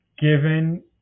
given